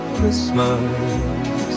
Christmas